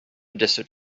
desert